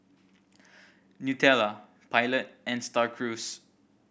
Nutella Pilot and Star Cruise